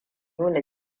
nuna